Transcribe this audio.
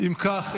אם כך,